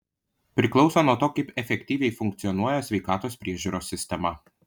priklauso nuo to kaip efektyviai funkcionuoja sveikatos priežiūros sistema